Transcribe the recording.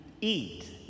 eat